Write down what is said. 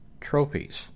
trophies